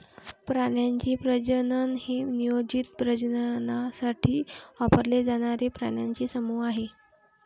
प्राण्यांचे प्रजनन हे नियोजित प्रजननासाठी वापरले जाणारे प्राण्यांचे समूह आहे